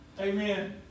Amen